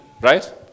right